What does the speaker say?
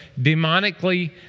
demonically